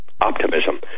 optimism